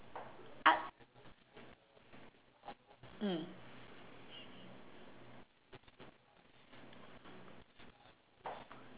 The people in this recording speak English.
mm